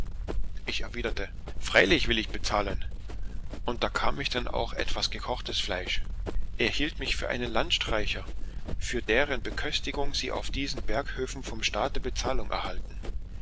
ich erwiderte freilich will ich bezahlen und da bekam ich denn etwas gekochtes fleisch er hielt mich für einen landstreicher für deren beköstigung sie auf diesen berghöfen vom staate bezahlung erhalten